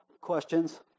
questions